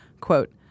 quote